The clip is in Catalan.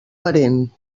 parent